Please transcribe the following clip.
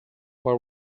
were